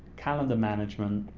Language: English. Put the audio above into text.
calender management,